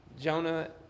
Jonah